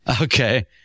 okay